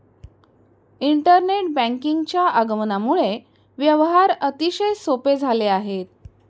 internet बँकिंगच्या आगमनामुळे व्यवहार अतिशय सोपे झाले आहेत